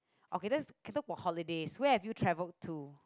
okay let's can talk about holidays where have you travelled to